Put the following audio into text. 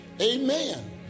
Amen